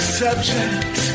subject